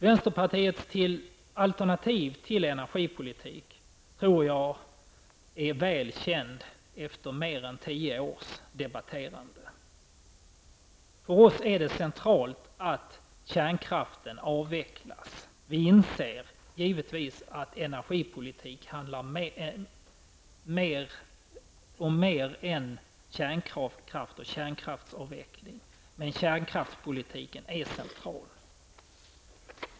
Vänsterpartiets alternativ till energipolitik är väl känt efter mer än tio års debatterande. För oss är det centralt att kärnkraften skall avvecklas. Vi inser naturligtvis att energipolitiken handlar om mer än kärnkraft och kärnkraftsavveckling. Men kärnkraftspolitiken är central.